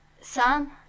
Sam